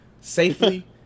safely